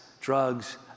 drugs